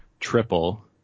Triple